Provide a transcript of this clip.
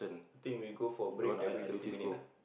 think we go for break every thirty minute ah